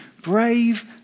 brave